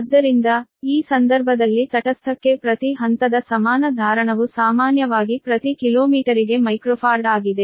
ಆದ್ದರಿಂದ ಈ ಸಂದರ್ಭದಲ್ಲಿ ತಟಸ್ಥಕ್ಕೆ ಪ್ರತಿ ಹಂತದ ಸಮಾನ ಧಾರಣವು ಸಾಮಾನ್ಯವಾಗಿ ಪ್ರತಿ ಕಿಲೋಮೀಟರಿಗೆ ಮೈಕ್ರೊಫಾರ್ಡ್ ಆಗಿದೆ